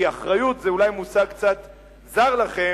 כי אחריות זה אולי מושג קצת זר לכם,